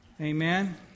Amen